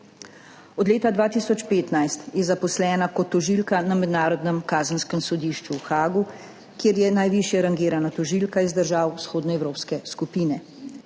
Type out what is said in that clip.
Od leta 2015 je zaposlena kot tožilka na Mednarodnem kazenskem sodišču v Haagu, kjer je najvišje rangirana tožilka iz držav vzhodnoevropske skupine.